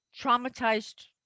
traumatized